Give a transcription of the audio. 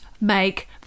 make